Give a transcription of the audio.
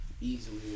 easily